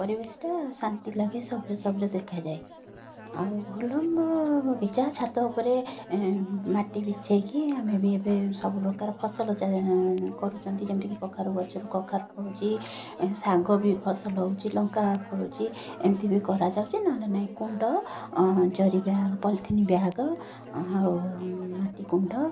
ପରିବେଶଟା ଶାନ୍ତି ଲାଗେ ସବୁଜ ସବୁଜ ଦେଖାଯାଏ ଆଉ ଭଲମ୍ବ ବଗିଚା ଛାତ ଉପରେ ମାଟି ବିଛେଇକି ଆମେ ବି ଏବେ ସବୁପ୍ରକାର ଫସଲ ଚା କରୁଛନ୍ତି ଯେମିତିକି କଖାରୁ ଗଛରୁ କଖାରୁ ଫଳୁଛି ଶାଗ ବି ଫସଲ ହେଉଛି ଲଙ୍କା ଫଳୁଚି ଏମିତି ବି କରାଯାଉଛି ନହେଲେ ନାଇଁ କୁଣ୍ଡ ଜରି ବ୍ୟା ପଲଥିନ୍ ବ୍ୟାଗ ଆଉ ମାଟିକୁଣ୍ଡ